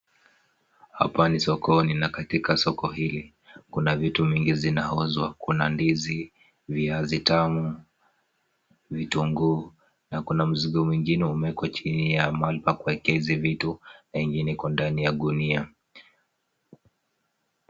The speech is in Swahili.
Hapa ni sokoni na katika soko hili kuna vitu mingi zinauzwa, kuna ndizi, viazi tamu, vitunguu na kuna mzigo mwingine umewekwa chini ya mahali pa kuwekea hizi vitu na ingine iko ndani ya gunia.